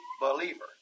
believer